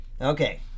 Okay